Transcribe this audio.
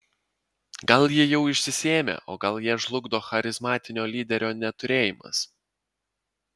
gal ji jau išsisėmė o gal ją žlugdo charizmatinio lyderio neturėjimas